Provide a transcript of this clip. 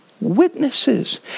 witnesses